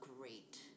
great